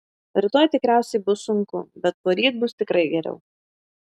rytoj tikriausiai bus sunku bet poryt bus tikrai geriau